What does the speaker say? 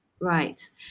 Right